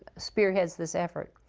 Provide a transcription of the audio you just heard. spearheads this effort.